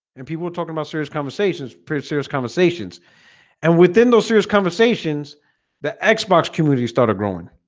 and people were talking about serious conversations pretty serious conversations and within those serious conversations the xbox community started growing,